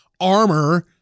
armor